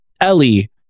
Ellie